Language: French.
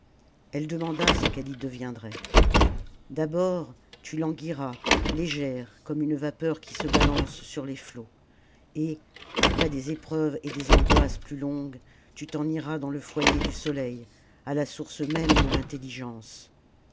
elle demanda ce qu'elle y deviendrait d'abord tu languiras légère comme une vapeur qui se balance sur les flots et après des épreuves et des angoisses plus longues tu t'en iras dans le foyer du soleil à la source même de l'intelligence